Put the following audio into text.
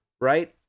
right